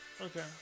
Okay